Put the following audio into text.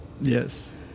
Yes